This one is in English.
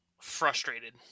Frustrated